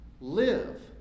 Live